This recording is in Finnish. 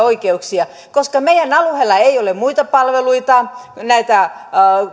oikeuksia koska meidän alueella ei ole muita palveluita näitä